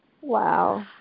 wow